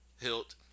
hilt